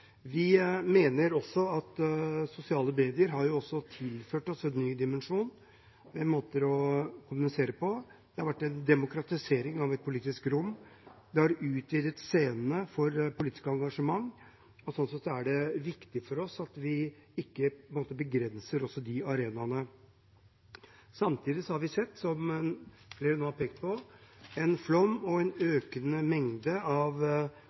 Vi mener også at sosiale medier har tilført oss en ny dimensjon ved måter å kommunisere på. Det har vært en demokratisering av det politiske rom. Det har utvidet scenene for politisk engasjement – og sånn sett er det viktig for oss at vi ikke begrenser de arenaene. Samtidig har vi sett, som flere nå har pekt på, en flom og en økende mengde av